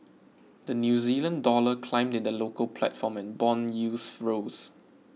the New Zealand Dollar climbed in the local platform and bond yields rose